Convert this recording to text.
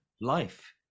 life